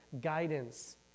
guidance